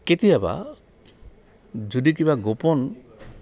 কেতিয়াবা যদি কিবা গোপন